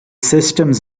systems